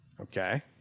Okay